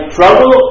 trouble